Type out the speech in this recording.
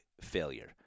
failure